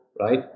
right